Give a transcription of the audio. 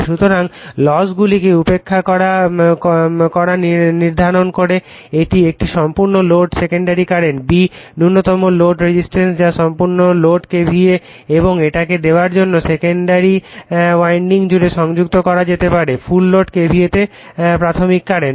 সুতরাং লসগুলিকে উপেক্ষা করা নির্ধারণ করে একটি সম্পূর্ণ লোড সেকেন্ডারি কারেন্ট b ন্যূনতম লোড রেজিস্ট্যান্স যা সম্পূর্ণ লোড KVA এবং এটাকে দেওয়ার জন্য সেকেন্ডারি উইন্ডিং জুড়ে সংযুক্ত করা যেতে পারে ফুল লোড KVA তে প্রাথমিক কারেন্ট